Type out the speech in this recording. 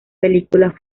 películas